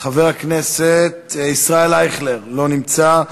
חבר הכנסת ישראל אייכלר, לא נמצא.